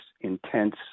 intense